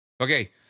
okay